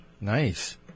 Nice